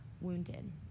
wounded